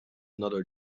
another